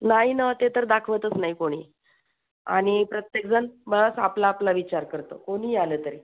नाही ना ते तर दाखवतच नाही कोणी आणि प्रत्येकजण बस आपला आपला विचार करतो कोणीही आलं तरी